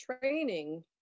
training